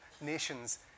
nations